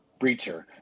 Breacher